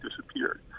disappeared